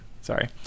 Sorry